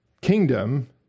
kingdom